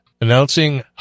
announcing